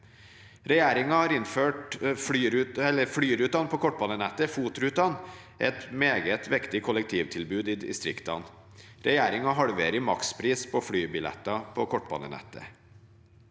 Regjeringen har innført flyruter på kortbanenettet, FOT-ruter, som er et meget viktig kollektivtilbud i distriktene. Regjeringen halverer makspris på flybilletter på kortbanenettet.